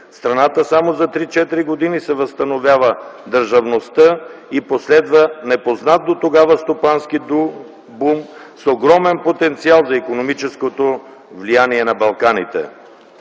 страната само за 3-4 години се възстановява държавността и последва непознат дотогава стопански бум с огромен потенциал за икономическото влияние на Балканите.